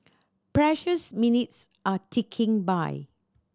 precious minutes are ticking by